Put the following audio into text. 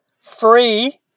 free